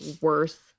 worse